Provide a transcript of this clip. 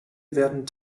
werden